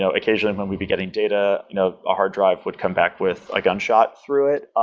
so occasionally when we be getting data, you know a hard drive would come back with a gunshot through it.